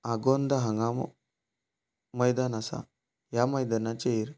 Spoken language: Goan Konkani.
आगोंद हांगा मैदान आसा ह्या मैदानाचेर